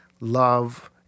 love